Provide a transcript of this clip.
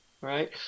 right